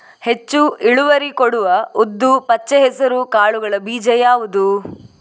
ಹೆಚ್ಚು ಇಳುವರಿ ಕೊಡುವ ಉದ್ದು, ಪಚ್ಚೆ ಹೆಸರು ಕಾಳುಗಳ ಬೀಜ ಯಾವುದು?